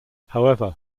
however